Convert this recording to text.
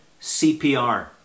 CPR